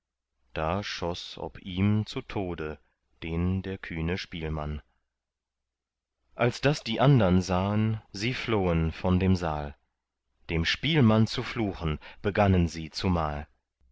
da schoß ob ihm zu tode den der kühne spielmann als das die andern sahen sie flohen von dem saal dem spielmann zu fluchen begannen sie zumal